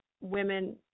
women